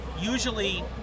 Usually